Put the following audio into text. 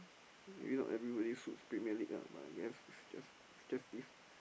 maybe not everybody suits Premier-League lah but I guess it's just it's just this